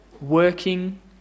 working